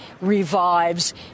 revives